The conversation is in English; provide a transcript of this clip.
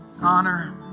honor